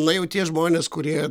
na jau tie žmonės kurie